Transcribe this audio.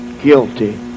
guilty